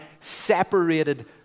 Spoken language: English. separated